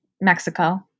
Mexico